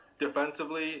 defensively